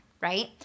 Right